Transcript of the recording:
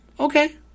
Okay